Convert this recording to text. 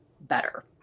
better